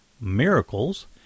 Miracles